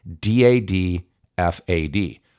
D-A-D-F-A-D